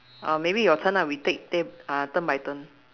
uh maybe your turn ah we take take uh turn by turn